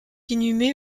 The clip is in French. inhumée